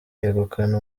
yegukana